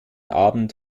abend